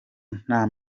nta